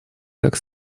как